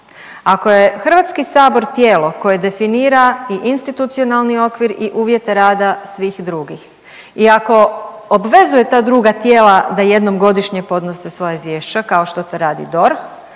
Ako je Hrvatski sabor tijelo koje definira i institucionalni okvir i uvjete rada svih drugih i ako obvezuje ta druga tijela da jednom godišnje podnose svoja izvješća kao što to radi DORH